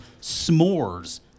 S'mores